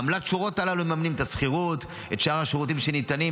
בעמלת השורות הללו הם מממנים את השכירות ואת שאר השירותים הניתנים,